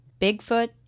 Bigfoot